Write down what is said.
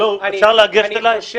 לא, אפשר לגשת אליי?